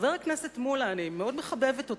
חבר הכנסת מולה, אני מאוד מחבבת אותך,